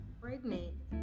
pregnant